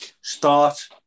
start